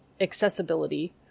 accessibility